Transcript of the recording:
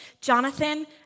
Jonathan